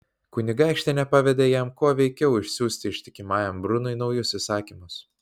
kunigaikštienė pavedė jam kuo veikiau išsiųsti ištikimajam brunui naujus įsakymus